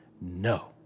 No